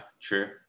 True